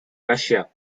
russia